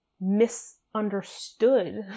misunderstood